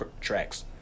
tracks